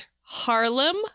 Harlem